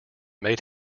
made